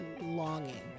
longing